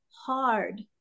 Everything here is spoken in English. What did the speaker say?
hard